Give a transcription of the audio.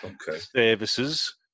services